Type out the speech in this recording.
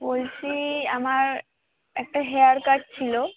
বলছি আমার একটা হেয়ার কাট ছিলো